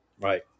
right